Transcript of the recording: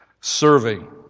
serving